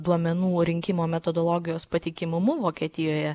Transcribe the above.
duomenų rinkimo metodologijos patikimumu vokietijoje